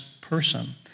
person